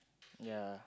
yea